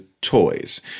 toys